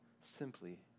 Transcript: simply